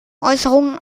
äußerungen